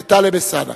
טלב אלסאנע